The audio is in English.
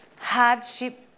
hardship